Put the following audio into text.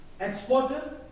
exporter